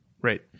Right